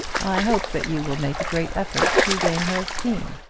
i hope that you will make a great effort to gain her esteem.